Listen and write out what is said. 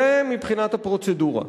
זה מבחינת הפרוצדורה.